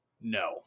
No